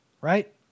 right